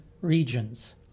regions